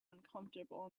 uncomfortable